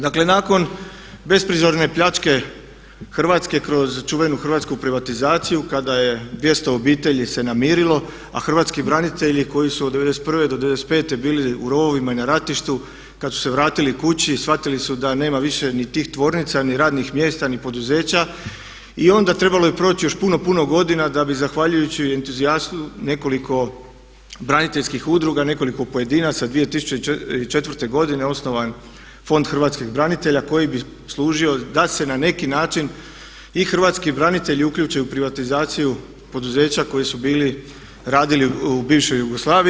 Dakle, nakon besprizorne pljačke Hrvatske kroz čuvenu hrvatsku privatizaciju kada je 200 obitelji se namirilo, a hrvatski branitelji koji su od '91. do '95. bili u rovovima i na ratištu kad su se vratili kući shvatili su da nema više ni tih tvornica ni radnih mjesta ni poduzeća i onda trebalo je proći još puno, puno godina da bi zahvaljujući entuzijazmu nekoliko braniteljskih udruga, nekoliko pojedinaca 2004. godine osnovan Fond hrvatskih branitelja koji bi služio da se na neki način i hrvatski branitelji uključe u privatizaciju poduzeća koji su bili radili u bivšoj Jugoslaviji.